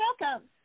welcome